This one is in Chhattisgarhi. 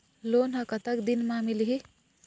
लोन ह कतक दिन मा मिलही?